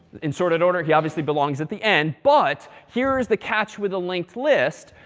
in sorted order, he obviously belongs at the end. but here's the catch with the linked list.